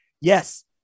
yes